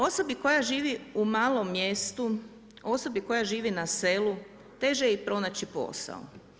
Osobi koja živi u malom mjestu, osobi koja živi na selu teže je i pronaći posao.